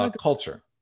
culture